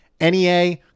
NEA